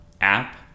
app